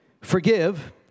forgive